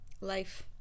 life